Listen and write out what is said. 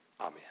Amen